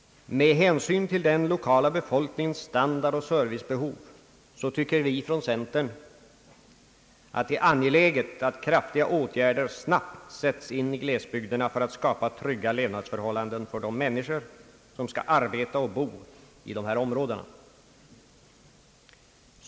Med hänsyn till den lokala befolkningens standard och servicebehov tycker vi inom centern att det är angeläget att snabbt sätta in kraftiga åtgärder i glesbygderna för att skapa trygga levnadsförhållanden för de människor som skall arbeta och bo inom dessa områden.